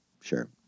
sure